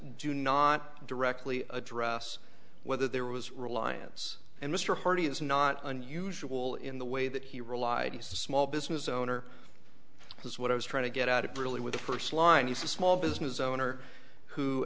do not directly address whether there was reliance and mr hardy is not unusual in the way that he relied to small business owner because what i was trying to get out of really with the first line is a small business owner who